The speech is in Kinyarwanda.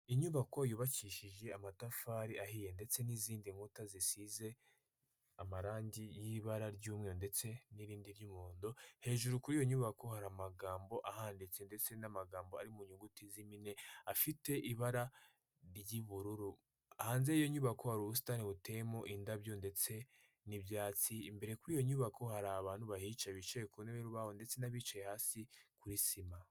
Inyubako yubakishije amatafari ahiye ndetse n'izindi nkuta zisize amarangi y'ibara ry'umweru ndetse n'irindi ry'umuhondo, hejuru kuri iyo nyubako hari amagambo ahanditse ndetse n'amagambo ari mu nyuguti z'impine, afite ibara ry'ubururu. Hanze y'iyo nyubako hari ubusitani buteyemo indabyo ndetse n'ibyatsi, imbere kuri iyo nyubako hari abantu bahicaye, bicaye ku ntebe y'urubaho ndetse n'abicaye hasi kuri sima.